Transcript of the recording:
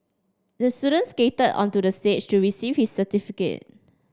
the student skated onto the stage to receive his certificate